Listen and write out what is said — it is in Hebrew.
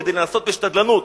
כדי לנסות בשתדלנות,